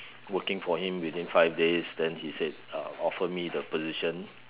working for him within five days then he said uh offer me the position